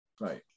right